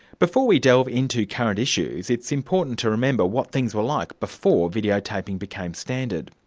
before we delve into current issues, it's important to remember what things were like before video-taping became standard.